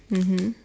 mmhmm